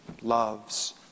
loves